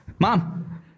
Mom